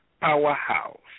powerhouse